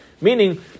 Meaning